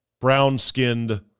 brown-skinned